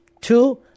Two